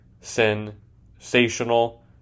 sensational